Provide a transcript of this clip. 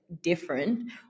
different